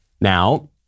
Now